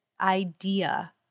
idea